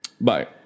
Bye